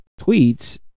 tweets